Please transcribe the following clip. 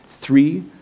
three